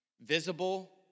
Visible